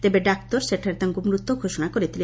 ତେବେ ଡାକ୍ତର ସେଠାରେ ତାଙ୍କୁ ମୃତ ଘୋଷଣା କରିଥିଲେ